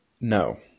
No